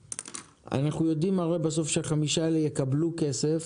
אנחנו יודעים הרי בסוף, שהחמישה האלה יקבלו כסף